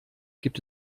gibt